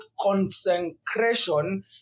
consecration